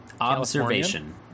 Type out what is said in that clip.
observation